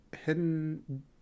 hidden